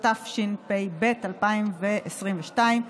התשפ"ב 2022,